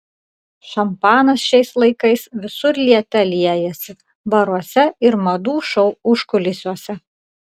šampanas šiais laikais visur liete liejasi baruose ir madų šou užkulisiuose